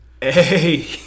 Hey